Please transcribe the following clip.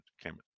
Cameron